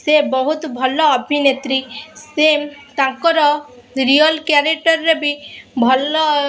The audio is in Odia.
ସେ ବହୁତ ଭଲ ଅଭିନେତ୍ରୀ ସିଏ ତାଙ୍କର ରିଅଲ୍ କ୍ୟାରେକ୍ଟର୍ରେ ବି ଭଲ